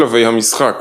שלבי המשחק